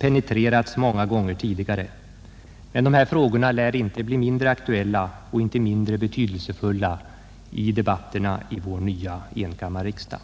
penetrerats många gånger tidigare. Men dessa frågor lär inte bli mindre aktuella och mindre betydelsefulla i debatterna i vår nya enkammarriksdag.